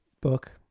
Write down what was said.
book